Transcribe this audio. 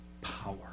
power